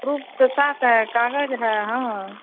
proof के साथ है कागज है हाँ